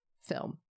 film